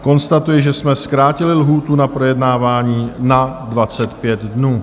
Konstatuji, že jsme zkrátili lhůtu na projednávání na 25 dnů.